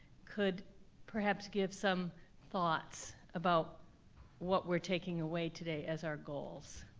could perhaps give some thoughts about what we're taking away today as our goals.